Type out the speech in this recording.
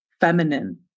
feminine